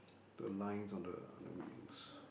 the lines on the other wheels